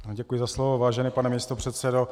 Děkuji za slovo, vážený pane místopředsedo.